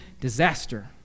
disaster